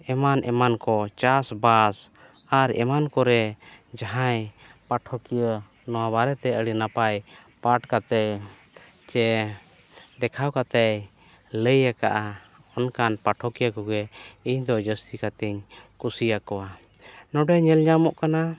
ᱮᱢᱟᱱ ᱮᱢᱟᱱ ᱠᱚ ᱪᱟᱥᱵᱟᱥ ᱟᱨ ᱮᱢᱟᱱ ᱠᱚᱨᱮ ᱡᱟᱦᱟᱸᱭ ᱯᱟᱴᱷᱚᱠᱤᱭᱟᱹ ᱱᱚᱣᱟ ᱵᱟᱨᱮᱛᱮ ᱟᱹᱰᱤ ᱱᱟᱯᱟᱭ ᱯᱟᱴ ᱠᱟᱛᱮ ᱪᱮ ᱫᱮᱠᱷᱟᱣ ᱠᱟᱛᱮ ᱞᱟᱹᱭ ᱟᱠᱟᱜᱼᱟ ᱚᱱᱠᱟᱱ ᱯᱟᱴᱷᱚ ᱠᱤᱭᱟᱹ ᱠᱚᱜᱮ ᱤᱧ ᱫᱚ ᱡᱟᱹᱥᱛᱤ ᱠᱟᱛᱮ ᱤᱧ ᱠᱩᱥᱤ ᱟᱠᱚᱣᱟ ᱱᱚᱰᱮ ᱧᱮᱞ ᱧᱟᱢᱚᱜ ᱠᱟᱱᱟ